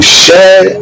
share